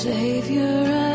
Savior